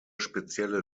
spezielle